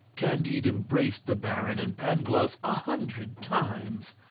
candide embraced the baron and pangloss a hundred times.